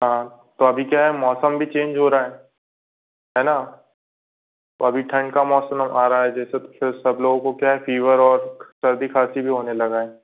हाँ तो अभी क्या है मौसम भी चेंज हो रहा है है ना तो अभी ठंड का मौसम आ रहा है जैसे सब लोगों को क्या है फीवर और सर्दी खांसी भी होने लगा है